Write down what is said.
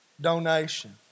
donation